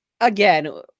Again